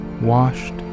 washed